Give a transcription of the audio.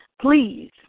Please